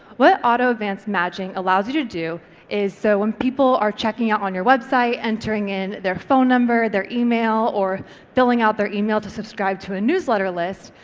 what auto advanced matching allows you to do is, so when people are checking out on your website, entering in their phone number, their email, or filling out their email to subscribe to a newsletter list,